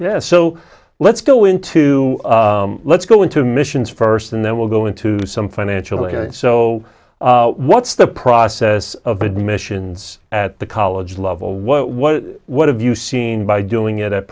yes so let's go into let's go into missions first and then we'll go into some financially and so what's the process of admissions at the college level what what what have you seen by doing it at